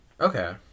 Okay